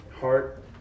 heart